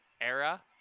era